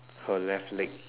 her left leg